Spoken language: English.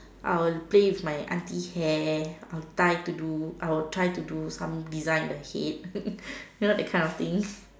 I will play with my auntie hair I will tied to do I will try to do some design with the head you know that kind of thing